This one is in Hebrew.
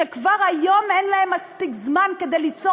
שכבר היום אין להם מספיק זמן כדי ליצור